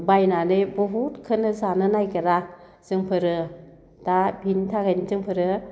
बायनानै बहुदखोनो जानो नागिरा जोंफोरो दा बिनि थाखायनो जोंफोरो